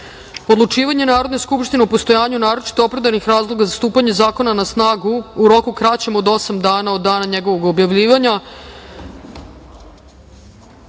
amandman. Odlučivanje Narodne skupštine o postojanju naročito opravdanih razloga za stupanje zakona na snagu u roku kraćem od osam dana od dana njegovog objavljivanja. Stavljam